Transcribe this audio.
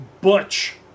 butch